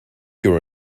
your